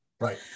Right